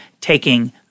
taking